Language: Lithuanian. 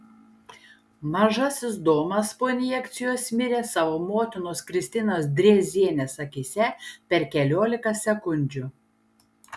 mažasis domas po injekcijos mirė savo motinos kristinos drėzienės akyse per keliolika sekundžių